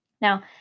Now